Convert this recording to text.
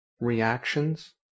Reactions